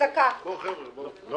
(הישיבה נפסקה בשעה 14:46 ונתחדשה בשעה 14:50.) אני